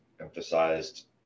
emphasized